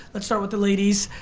let's start with the ladies.